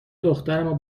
دخترمو